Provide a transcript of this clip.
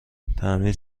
تعمیر